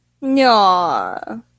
No